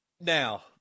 Now